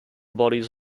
bodies